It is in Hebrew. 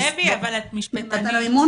דבי, אבל את משפטנית.